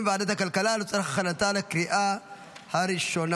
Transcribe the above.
בוועדה הכלכלה לצורך הכנתה לקריאה הראשונה.